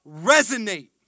resonate